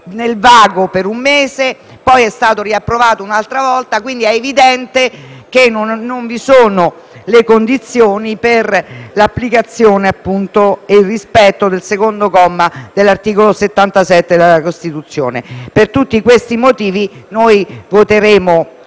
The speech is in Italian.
ha vagato per un mese, poi è stato approvato un'altra volta. È evidente che non vi sono le condizioni per l'applicazione e il rispetto del secondo comma dell'articolo 77 della Costituzione. Per tutti questi motivi preannuncio